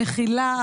המכילה,